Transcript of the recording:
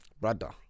Brother